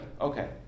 Okay